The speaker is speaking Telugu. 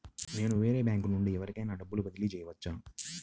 నేను వేరే బ్యాంకు నుండి ఎవరికైనా డబ్బు బదిలీ చేయవచ్చా?